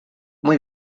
muy